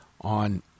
on